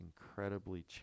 incredibly